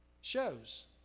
Shows